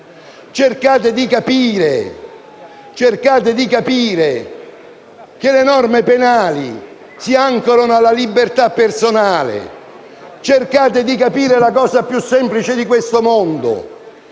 Cercate di capire che le norme penali si ancorano alla libertà personale. Cercate di capire la cosa più semplice di questo mondo: